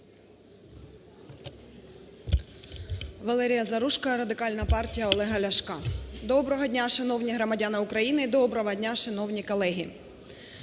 Доброго дня, шановні громадяни України! І доброго дня, шановні колеги!